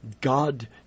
God